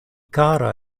kara